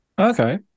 Okay